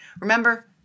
Remember